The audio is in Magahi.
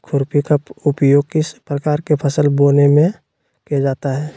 खुरपी का उपयोग किस प्रकार के फसल बोने में किया जाता है?